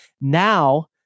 now